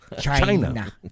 China